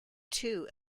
two